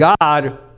God